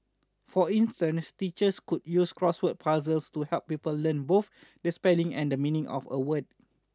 for instance teachers could use crossword puzzles to help pupil learn both the spelling and the meaning of a word